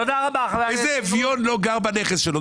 איזה אביון לא גר בנכס שלו?